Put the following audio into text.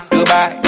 Dubai